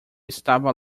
estava